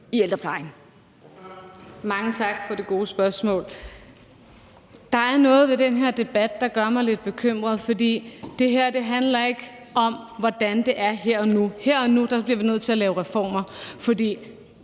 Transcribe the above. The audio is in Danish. Rubin (M): Mange tak for det gode spørgsmål. Der er noget ved den her debat, der gør mig lidt bekymret, for det her handler ikke om, hvordan det er her og nu. Her og nu bliver vi nødt til at lave reformer, fordi